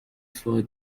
for